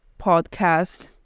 podcast